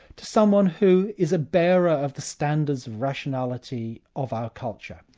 to someone who is a bearer of the standards of rationality of our culture.